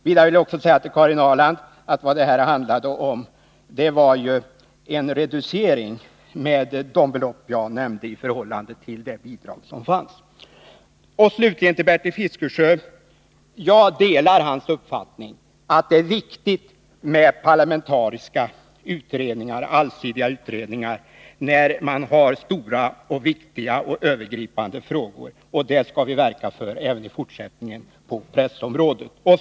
Vidare vill jag säga till Karin Ahrland att vad det handlade om var en reducering med de belopp jag nämnde i förhållande till regeringsförslaget. Sedan vänder jag mig till Bertil Fiskesjö. Jag delar hans uppfattning att det är viktigt med parlamentariska allsidiga utredningar i stora, viktiga och övergripande frågor. Att sådana utredningar blir parlamentariska skall vi verka för även i fortsättningen på pressområdet.